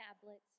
tablets